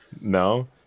No